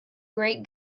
great